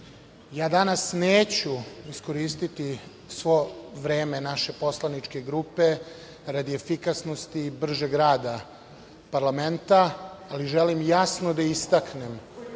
ja danas neću iskoristiti svo vreme naše poslaničke grupe radi efikasnosti i bržeg rada parlamenta, ali želim jasno da istaknem